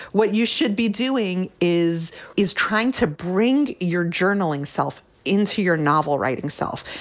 what you should be doing is is trying to bring your journaling self into your novel writing self.